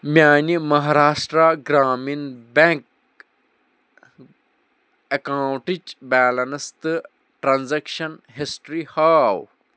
میانہِ مہاراشٹرٛا گرٛامیٖن بیٚنٛک اکاونٹٕچ بیلنس تہٕ ٹرانزیکشن ہسٹری ہاو